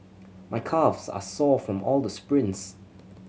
my calves are sore from all the sprints